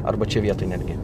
arba čia vietoj netgi